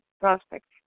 prospects